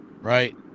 Right